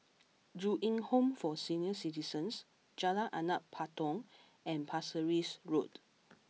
Ju Eng Home for Senior Citizens Jalan Anak Patong and Pasir Ris Road